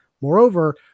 Moreover